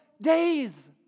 days